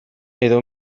edo